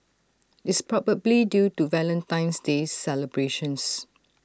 it's probably due to Valentine's day celebrations